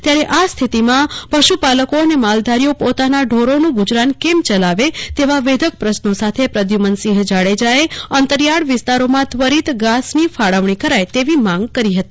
ત્યારે આ સ્થિતિમાં પશુપાલકો અને માલધીરઓ પોતાના ઢોરનું ગુજરાત કેમ ચલાવે તેવો વેધક પ્રશ્નો સાથે પ્રદ્યુમનસિંહ જાડેજાએ અંતરિયાળ વિસ્તારોમાં ત્વરીત ઘાસની ફાળવણી કરાય તેવી માંગ કરી હતી